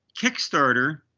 Kickstarter